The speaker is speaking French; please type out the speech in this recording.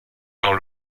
dans